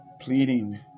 pleading